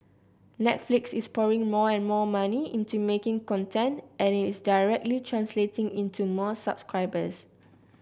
Netflix is pouring more and more money into making content and it is directly translating into more subscribers